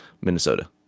Minnesota